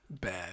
bad